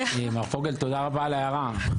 מר פוגל, תודה רבה על ההערה.